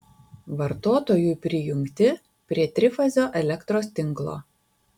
vartotojui prijungti prie trifazio elektros tinklo